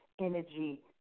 energy